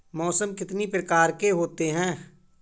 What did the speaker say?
मौसम कितनी प्रकार के होते हैं?